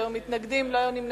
לא היו מתנגדים ולא היו נמנעים.